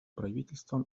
правительством